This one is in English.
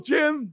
Jim